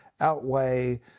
outweigh